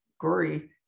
gory